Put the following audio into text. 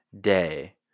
day